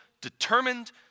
determined